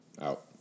Out